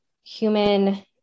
human